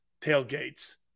tailgates